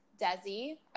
Desi